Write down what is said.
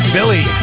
Billy